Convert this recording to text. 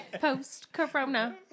Post-corona